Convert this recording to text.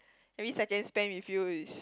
every second spend with you is